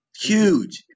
huge